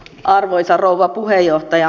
arvoisa rouva puheenjohtaja